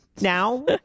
Now